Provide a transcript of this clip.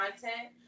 content